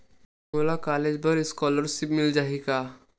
मोला कॉलेज बर स्कालर्शिप मिल जाही का?